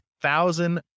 thousand